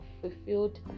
fulfilled